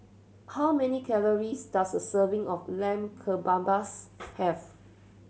how many calories does a serving of Lamb Kebabs have